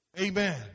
Amen